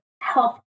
help